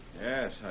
Yes